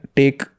take